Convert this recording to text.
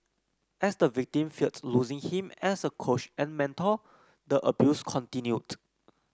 as the victim feared losing him as a coach and mentor the abuse continued